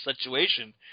situation